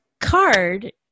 card